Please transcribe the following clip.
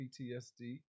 PTSD